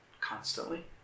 constantly